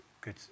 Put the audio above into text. good